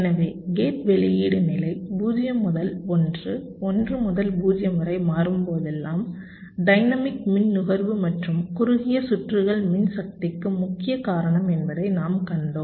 எனவே கேட் வெளியீடு நிலை 0 முதல் 1 1 முதல் 0 வரை மாறும்போதெல்லாம் டைனமிக் மின் நுகர்வு மற்றும் குறுகிய சுற்றுகள் மின்சக்திக்கு முக்கிய காரணம் என்பதை நாம் கண்டோம்